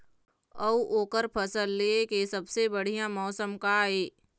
अऊ ओकर फसल लेय के सबसे बढ़िया मौसम का ये?